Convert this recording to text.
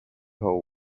know